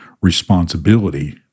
responsibility